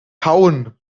hauen